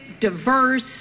diverse